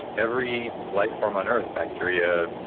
every life form on earth bacteria,